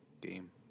game